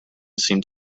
seemed